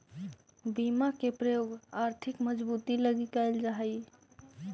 बीमा के प्रयोग आर्थिक मजबूती लगी कैल जा हई